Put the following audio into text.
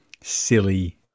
silly